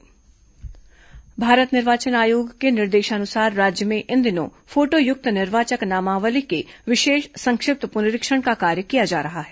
मतदाता संक्षिप्त पुनरीक्षण भारत निर्वाचन आयोग के निर्देशानुसार राज्य में इन दिनों फोटोयुक्त निर्वाचक नामावली के विशेष संक्षिप्त पुनरीक्षण का कार्य किया जा रहा है